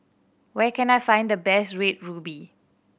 where can I find the best Red Ruby